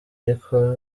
ariko